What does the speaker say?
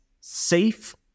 safe